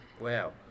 Wow